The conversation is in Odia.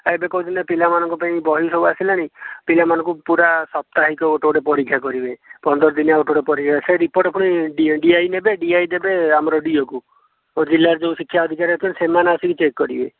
ଏ ଏବେ କହୁଛନ୍ତି ପିଲାମାନଙ୍କ ପାଇଁ ବହି ଆସିଲାଣି ପିଲାମାନଙ୍କୁ ପୁରା ସାପ୍ତାହିକ ଗୋଟେ ଗୋଟେ ପରୀକ୍ଷା କରିବେ ପନ୍ଦର ଦିନିଆ ଗୋଟେ ପରୀକ୍ଷା ସେଇ ରିପୋର୍ଟ ପୁଣି ଡି ଆଇ ନେବେ ଡି ଆଇ ଦେବେ ଆମର ଡି ଓ କୁ ଜିଲ୍ଲାର ଯେଉଁ ଶିକ୍ଷା ଅଧିକାରୀ ଅଛନ୍ତି ସେମାନେ ଆସିକି ଚେକ୍ କରିବେ